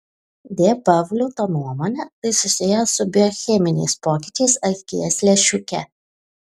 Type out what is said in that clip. d pavliuto nuomone tai susiję su biocheminiais pokyčiais akies lęšiuke